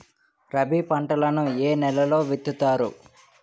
రబీ పంటలను ఏ నెలలో విత్తుతారు?